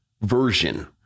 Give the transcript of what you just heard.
version